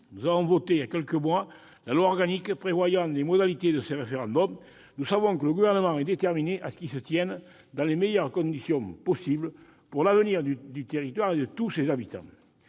Nous avons voté il y a quelques mois la loi organique prévoyant les modalités de ce référendum. Nous savons que le Gouvernement est déterminé à ce que celui-ci se tienne dans les meilleures conditions possible pour l'avenir du territoire et de tous ses habitants.